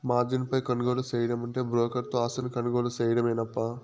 margin పై కొనుగోలు సేయడమంటే బ్రోకర్ తో ఆస్తిని కొనుగోలు సేయడమేనప్పా